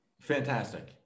fantastic